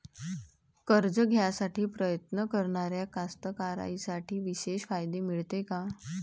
कर्ज घ्यासाठी प्रयत्न करणाऱ्या कास्तकाराइसाठी विशेष फायदे मिळते का?